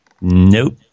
Nope